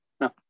No